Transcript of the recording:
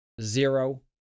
zero